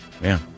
Man